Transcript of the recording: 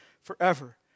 forever